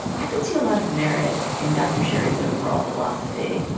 i could see a lot of merit in dr. sherry's overall philosophy,